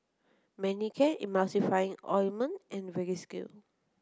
Manicare Emulsying Ointment and Vagisil